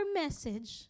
message